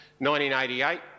1988